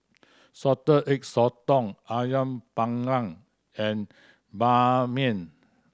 Salted Egg Sotong Ayam Panggang and mian